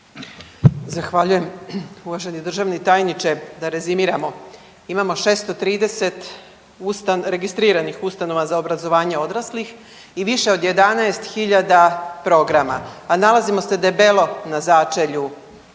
Zahvaljujem. Uvaženi državni tajniče. Da rezimiramo, imamo 630 registriranih ustanova za obrazovanje odraslih i više od 11.000 programa, a nalazimo se debelo na začelju